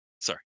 sorry